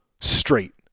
straight